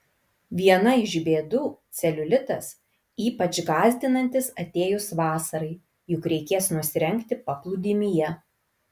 viena iš bėdų celiulitas ypač gąsdinantis atėjus vasarai juk reikės nusirengti paplūdimyje